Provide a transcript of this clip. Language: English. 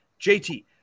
JT